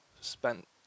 spent